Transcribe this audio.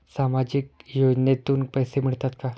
सामाजिक योजनेतून पैसे मिळतात का?